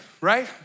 right